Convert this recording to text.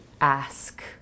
ask